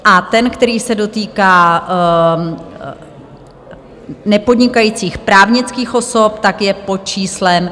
A ten, který se dotýká nepodnikajících právnických osob, je pod číslem 1646.